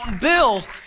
bills